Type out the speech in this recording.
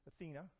Athena